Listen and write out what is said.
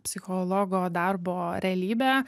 psichologo darbo realybę